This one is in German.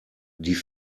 die